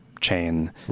chain